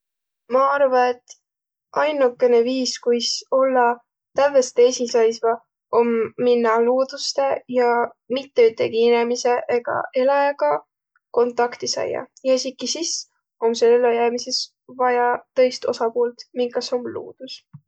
Ma arva, et ainukene viis, kuis ollaq tävveste esiqsaisva, om minnäq luudustõ ja mitte ütegi inemise egaq eläjäga kontakti saiaq. Ja esiki sis om sul ellojäämises vaja tõist osapuult, minkas om luudus.